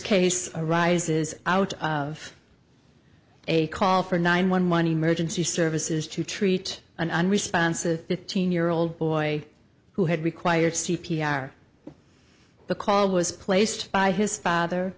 case arises out of a call for nine one one emergency services to treat an unresponsive fifteen year old boy who had required c p r the call was placed by his father